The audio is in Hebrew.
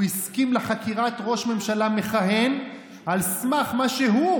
הוא הסכים לחקירת ראש ממשלה מכהן על סמך מה שהוא